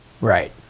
Right